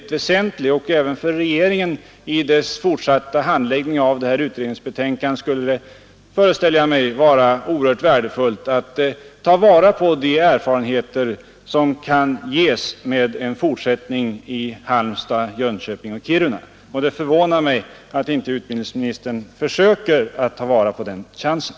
Jag föreställer mig att det även för regeringen, i dess fortsatta handläggning av det här utredningsbetänkandet, skulle vara oerhört värdefullt att ta vara på de erfarenheter som kan vinnas genom en fortsättning av sändningarna i Halmstad, Jönköping och Kiruna. Det förvånar mig att inte utbildningsministern försöker ta vara på den chansen.